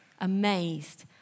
amazed